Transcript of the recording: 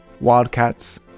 wildcats